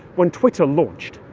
when twitter launched,